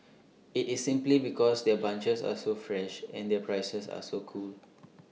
IT is simply because their bunches are so fresh and their prices are so cool